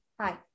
Hi